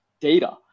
data